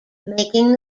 making